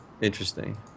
interesting